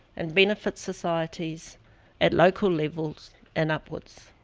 and benefit societies at local levels and upwards.